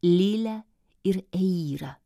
lilę ir eirą